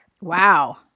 Wow